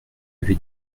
avait